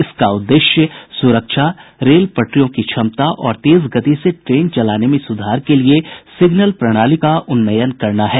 इसका उद्देश्य सुरक्षा रेल पटरियों की क्षमता और तेज गति से ट्रेन चलाने में सुधार के लिए सिग्नल प्रणाली का उन्नयन करना है